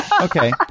Okay